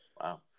wow